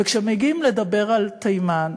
וכשמגיעים לדבר על תימן,